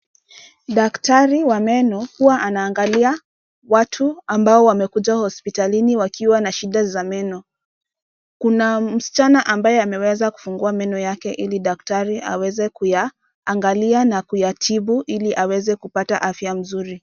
Daktari wa meno huwa anaangalia watu ambao wamekuja hospitalini wakiwa na shida za meno. Kuna msichana ambaye ameweza kufungua meno yake ili daktari aweze kuyaangalia na kuyatibu ili aweze kupata afya nzuri.